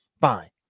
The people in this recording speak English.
Fine